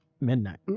midnight